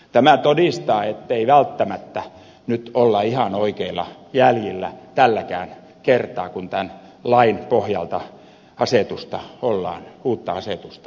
tämä todistaa ettei välttämättä nyt olla ihan oikeilla jäljillä tälläkään kertaa kun tämän lain pohjalta uutta asetusta ollaan rakentamassa